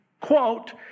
Quote